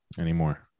anymore